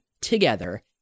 together